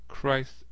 Christ